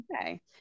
Okay